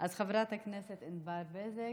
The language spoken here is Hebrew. חברת הכנסת ענבר בזק,